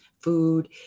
food